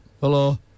Hello